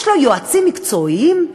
יש לו יועצים מקצועיים?